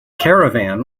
caravan